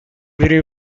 primi